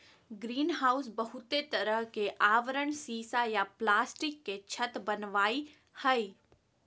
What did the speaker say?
greenhouse बहुते तरह के आवरण सीसा या प्लास्टिक के छत वनावई हई